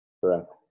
Correct